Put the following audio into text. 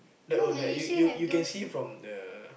the oh like you you you can see from the